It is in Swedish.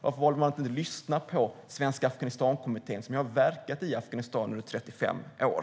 Varför valde ni att inte lyssna på Svenska Afghanistankommittén, som verkat i Afghanistan under 35 år?